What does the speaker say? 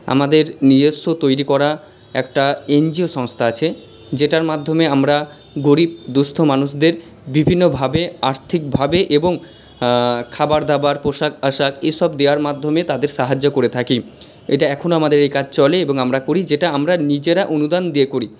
আমাদের নিজস্ব তৈরি করা একটা এনজিও সংস্থা আছে যেটার মাধ্যমে আমরা গরিব দুঃস্থ মানুষদের বিভিন্নভাবে আর্থিকভাবে এবং খাবার দাবার পোশাক আশাক এসব দেওয়ার মাধ্যমে তাদের সাহায্য করে থাকি এটা এখনও আমাদের এই কাজ চলে এবং আমরা করি যেটা আমরা নিজেরা অনুদান দিয়ে করি